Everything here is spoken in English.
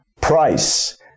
Price